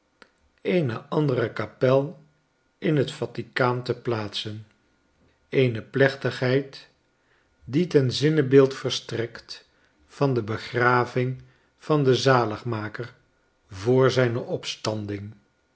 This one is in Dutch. eene andere kapel in het vatikaan te plaatsen eene plechtigheid die ten zinnebeeld verstrekt van de begraving van den zaligmaker voor zijne opstanding